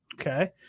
Okay